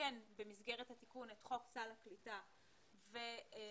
לתקן במסגרת התיקון את חוק סל הקליטה ובתיקון עקיף